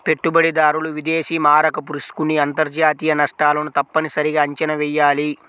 పెట్టుబడిదారులు విదేశీ మారకపు రిస్క్ ని అంతర్జాతీయ నష్టాలను తప్పనిసరిగా అంచనా వెయ్యాలి